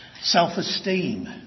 self-esteem